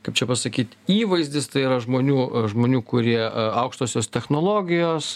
kaip čia pasakyt įvaizdis tai yra žmonių žmonių kurie aukštosios technologijos